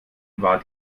war